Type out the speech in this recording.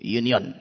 union